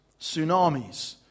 tsunamis